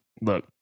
look